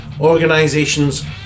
organizations